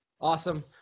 Awesome